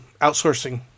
outsourcing